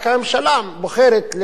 רק הממשלה בוחרת,